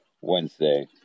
Wednesday